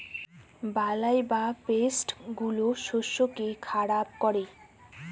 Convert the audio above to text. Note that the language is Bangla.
বালাই বা পেস্ট গুলো শস্যকে খারাপ করে